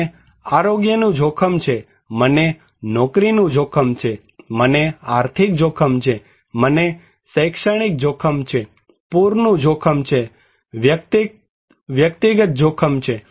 મને આરોગ્યનું જોખમ છે મને નોકરીનું જોખમ છે મને આર્થિક જોખમ છે મને શૈક્ષણિક જોખમ છે પુરનું જોખમ છે વૈયક્તિક જોખમ છે